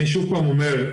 אני שוב פעם אומר,